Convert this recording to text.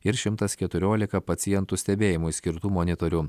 ir šimtas keturiolika pacientų stebėjimui skirtų monitorių